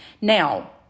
Now